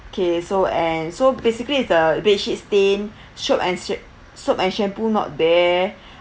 okay so and so basically the bed sheet stain soap and sham~ soap and shampoo not there